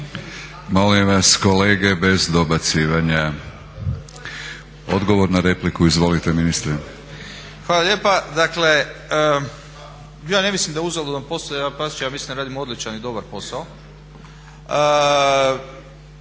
Molim vas kolege bez dobacivanja. Odgovor na repliku, izvolite ministre. **Miljenić, Orsat** Hvala lijepa. Dakle, ja ne mislim da je uzaludan posao, dapače ja mislim da radim odličan i dobar posao.